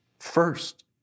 First